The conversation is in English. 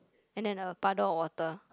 and then a puddle of water